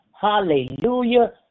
Hallelujah